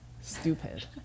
stupid